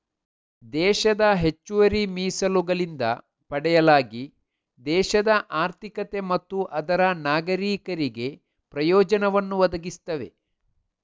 ದೇಶದ ಹೆಚ್ಚುವರಿ ಮೀಸಲುಗಳಿಂದ ಪಡೆಯಲಾಗಿ ದೇಶದ ಆರ್ಥಿಕತೆ ಮತ್ತು ಅದರ ನಾಗರೀಕರಿಗೆ ಪ್ರಯೋಜನವನ್ನು ಒದಗಿಸ್ತವೆ